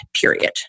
Period